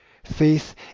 Faith